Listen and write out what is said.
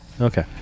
Okay